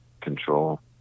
control